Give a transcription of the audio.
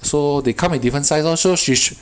so they come in different sizes lor so she sh~